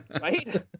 Right